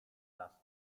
blasków